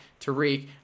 Tariq